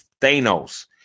Thanos